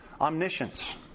omniscience